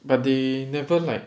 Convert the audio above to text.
but they never like